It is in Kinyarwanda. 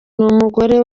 n’umugore